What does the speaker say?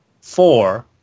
four